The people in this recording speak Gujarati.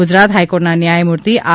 ગુજરાત હાઇકોર્ટના ન્યાયમૂર્તિ આર